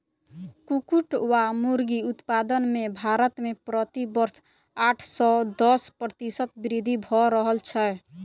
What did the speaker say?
कुक्कुट वा मुर्गी उत्पादन मे भारत मे प्रति वर्ष आठ सॅ दस प्रतिशत वृद्धि भ रहल छै